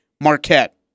Marquette